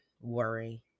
worry